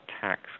tax